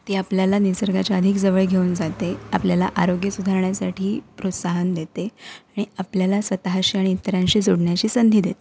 ते आपल्याला निसर्गाच्या अधिक जवळ घेऊन जाते आपल्याला आरोग्य सुधारण्यासाठी प्रोत्साहन देते आणि आपल्याला स्वतःशी आणि इतरांशी जोडण्याची संधी देते